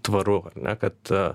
tvaru ar ne kad